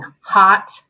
hot